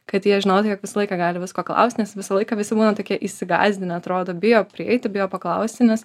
kad jie žinotų jog visą laiką gali visko klaust nes visą laiką visi būna tokie įsigąsdinę atrodo bijo prieiti bijo paklausti nes